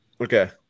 okay